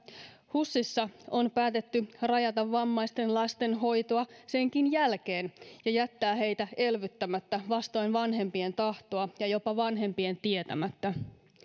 husissa on päätetty rajata vammaisten lasten hoitoa senkin jälkeen ja jättää heitä elvyttämättä vastoin vanhempien tahtoa ja jopa vanhempien tietämättä